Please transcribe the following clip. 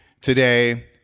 today